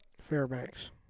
Fairbanks